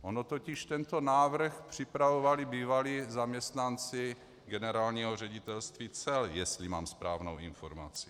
Ono totiž tento návrh připravovali bývalí zaměstnanci Generálního ředitelství cel, jestli mám správnou informaci.